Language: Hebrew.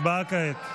הצבעה כעת.